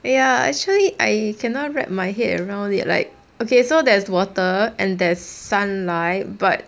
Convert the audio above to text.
ya actually I cannot wrap my head around it like okay so there's water and there's sunlight but